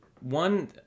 One